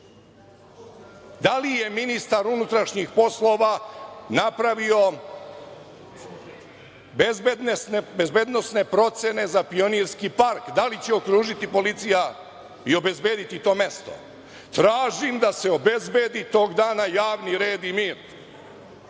Da li je ministar unutrašnjih poslova napravio bezbednosne procene za Pionirski park? Da li će okružiti policija i obezbediti to mesto? Tražim da se obezbedi tog dana javni red i mir